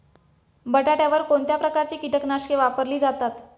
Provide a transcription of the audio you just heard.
बटाट्यावर कोणत्या प्रकारची कीटकनाशके वापरली जातात?